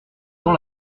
dans